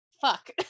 fuck